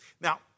Now